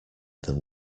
them